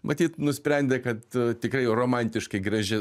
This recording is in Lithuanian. matyt nusprendė kad tikrai romantiškai graži